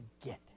get